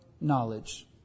knowledge